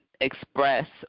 express